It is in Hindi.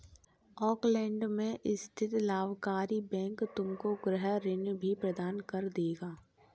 ऑकलैंड में स्थित लाभकारी बैंक तुमको गृह ऋण भी प्रदान कर देगा